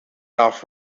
off